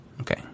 Okay